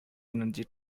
energy